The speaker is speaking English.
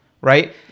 right